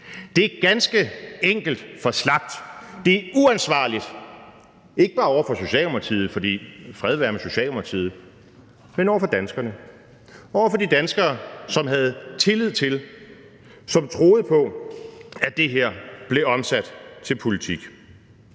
Det er ganske enkelt for slapt. Det er uansvarligt, ikke bare over for Socialdemokratiet, for fred være med Socialdemokratiet, men over for danskerne; over for de danskere, som havde tillid til, og som troede på, at det her blev omsat til politik.